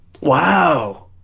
Wow